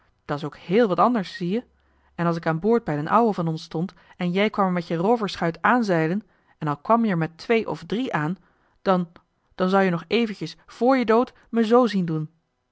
uit dat's ook héél wat anders zie-je en als ik aan boord bij d'n ouwe van ons stond en jij kwam er met je rooversschuit aanzeilen en al kwam je er met twee of drie aan dan dan zou-je nog eventjes vr je dood me z zien doen